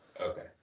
Okay